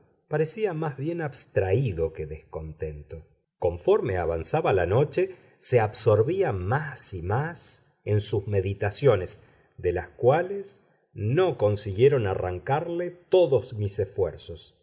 parecía más bien abstraído que descontento conforme avanzaba la noche se absorbía más y más en sus meditaciones de las cuales no consiguieron arrancarle todos mis esfuerzos